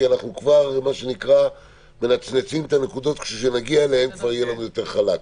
כי אנחנו כבר מנצנצים את הנקודות וכשנגיע אליהן יהיה יותר חלק.